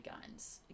guns